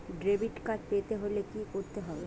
Debit card পেতে হলে কি করতে হবে?